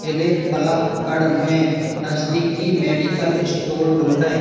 ज़िले पलक्कड़ में नज़दीकी मेडिकल स्टोर ढूँढें